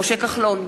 משה כחלון,